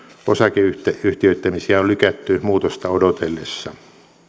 osakeyhtiöittämisiä on lykätty muutosta odotellessa